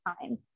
time